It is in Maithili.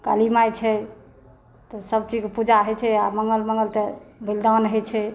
काली माय छै तऽ सभ चीज़के पूजा होइ छै मंगल मंगल तऽ बलिदान होइ छै